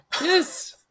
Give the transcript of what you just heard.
Yes